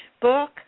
book